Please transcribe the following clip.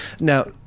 Now